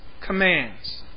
commands